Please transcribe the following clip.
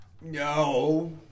No